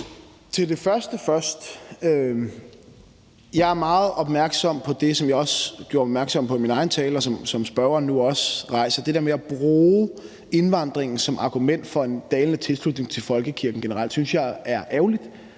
Til det første vil jeg sige, at jeg er meget opmærksom på det, som jeg også nævnte i min egen tale, og som spørgeren nu også rejser, nemlig det der med at bruge indvandringen som argument for en dalende tilslutning til folkekirken generelt. Det synes jeg er ærgerligt.